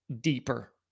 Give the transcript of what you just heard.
deeper